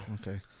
Okay